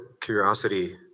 curiosity